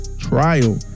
Trial